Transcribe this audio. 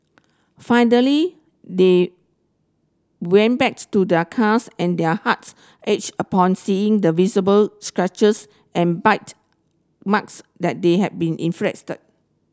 finally they went back to their cars and their hearts ached upon seeing the visible scratches and bite marks that they had been inflicted